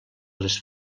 les